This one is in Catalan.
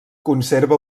conserva